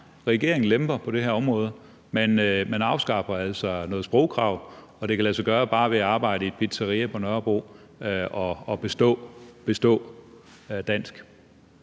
Regeringen lemper på det her område. Man afskaffer altså et sprogkrav, og det kan lade sig gøre bare ved at arbejde i et pizzeria på Nørrebro at bestå dansk.